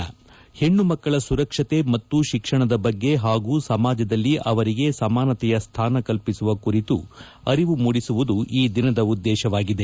ಪೆಣ್ಣುಮಕ್ಕಳ ಸುರಕ್ಷತೆ ಮತ್ತು ಶಿಕ್ಷಣದ ಬಗ್ಗೆ ಹಾಗೂ ಸಮಾಜದಲ್ಲಿ ಅವರಿಗೆ ಸಮಾನತೆಯ ಸ್ಥಾನ ಕಲ್ಪಿಸುವ ಕುರಿತು ಅರಿವು ಮೂಡಿಸುವುದು ಈ ದಿನದ ಉದ್ದೇಶವಾಗಿದೆ